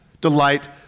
delight